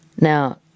now